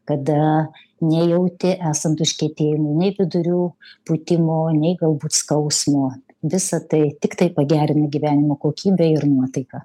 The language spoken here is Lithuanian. kada nejauti esant užkietėjimo nei vidurių pūtimo nei galbūt skausmo visa tai tiktai pagerina gyvenimo kokybę ir nuotaiką